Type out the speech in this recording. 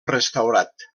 restaurat